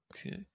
Okay